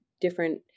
different